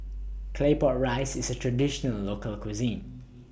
Claypot Rice IS A Traditional Local Cuisine